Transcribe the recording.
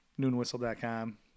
noonwhistle.com